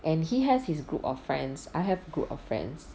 and he has his group of friends I have a group of friends